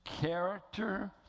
Character